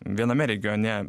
viename regione